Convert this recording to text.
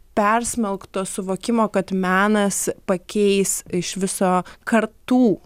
persmelktos suvokimo kad menas pakeis iš viso kartų